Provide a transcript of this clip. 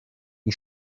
die